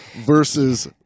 Versus